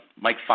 Mike